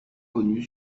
connu